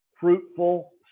fruitful